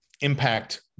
impact